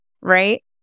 right